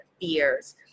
fears